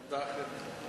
עמדה אחרת.